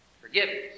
forgiveness